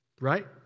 right